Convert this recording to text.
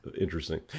interesting